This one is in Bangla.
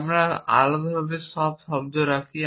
আমরা আলাদাভাবে সব শব্দ রাখি